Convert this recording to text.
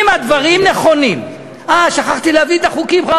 אם הדברים נכונים, אה, שכחתי להביא את החוקים.